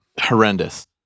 horrendous